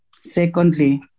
Secondly